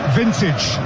vintage